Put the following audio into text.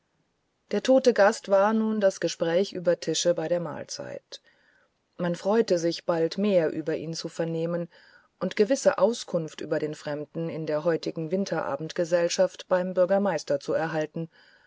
der tote gast war nun das gespräch über tische bei der mahlzeit man freute sich bald mehr über ihn zu vernehmen und gewisse auskunft über den fremden in der heutigen winterabendgesellschaft beim bürgermeister zu erhalten